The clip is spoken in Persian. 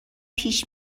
پیش